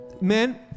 Men